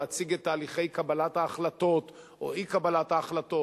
להציג את תהליכי קבלת ההחלטות או אי-קבלת ההחלטות,